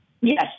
Yes